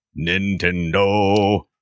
Nintendo